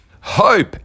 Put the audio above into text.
Hope